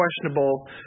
questionable